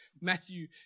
Matthew